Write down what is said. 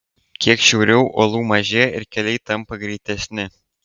kiek šiauriau uolų mažėja ir keliai tampa greitesni